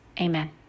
Amen